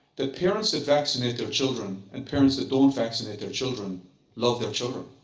that parents that vaccinate their children and parents that don't vaccinate their children love their children.